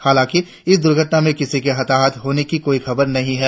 हालांकि इस दूर्घटना में किसी के हताहत होने की काई खबर नही है